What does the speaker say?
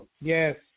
yes